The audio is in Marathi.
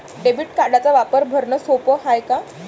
डेबिट कार्डचा वापर भरनं सोप हाय का?